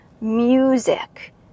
music